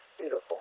beautiful